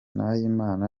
nahimana